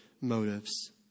motives